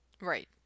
right